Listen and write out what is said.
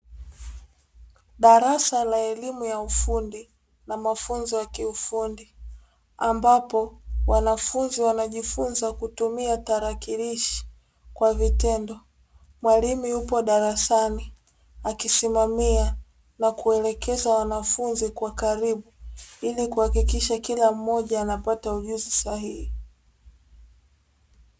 Darasa la elimu ya ufundi na mafunzo ya kiufundi, ambapo wanafunzi wanajifunza kutumia tarakilishi kwa vitendo, mwalimu yupo darasani akisimamia na kuelekeza wanafunzi kwa karibu ili kuhakikisha kila mmoja anapata ujuzi sahihi.